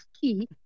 key